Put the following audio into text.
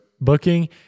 booking